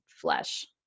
flesh